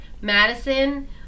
Madison